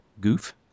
goof